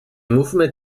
mówmy